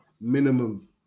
minimum